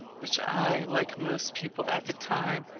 which i, like most people at that time,